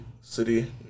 City